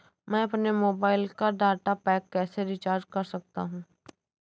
मैं अपने मोबाइल का डाटा पैक कैसे रीचार्ज कर सकता हूँ?